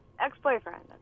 Ex-boyfriend